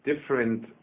Different